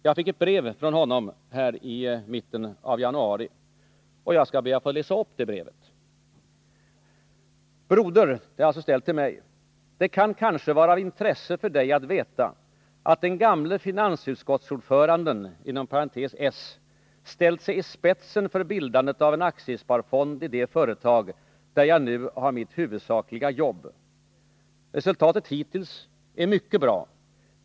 Jag fick ett brev från honom i mitten av januari, och jag skall be att få läsa upp det brevet. ”Broder,” — brevet är alltså ställt till mig — ”Det kan kanske vara av intresse för Dig att veta, att den gamle finansutskottsordföranden ställt sig i spetsen för bildande av en aktiesparfond i det företag, där jag nu har mitt huvudsakliga jobb. Resultatet hittills är mycket bra.